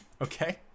okay